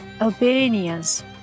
Albanians